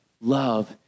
love